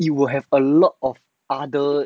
you will have a lot of other